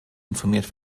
informiert